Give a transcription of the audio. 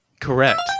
correct